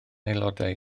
aelodau